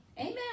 amen